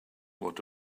what